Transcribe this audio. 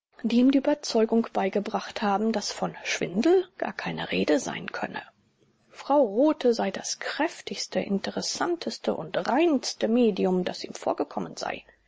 die ihm die überzeugung beigebracht haben daß von schwindel gar keine rede sein könne frau rothe sei das kräftigste interessanteste und reinste medium das ihm vorgekommen sei